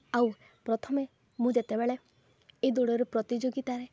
ଆଉ ପ୍ରଥମେ ମୁଁ ଯେତେବେଳେ ଏ ଦୌଡ଼ରୁ ପ୍ରତିଯୋଗିତାରେ